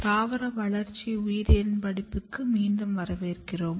தாவர வளர்ச்சி உயிரியலின் படிப்புக்கு மீண்டும் வரவேற்கிறோம்